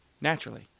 naturally